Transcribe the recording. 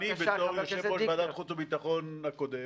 אני בתור יושב-ראש וועדת החוץ והביטחון הקודם,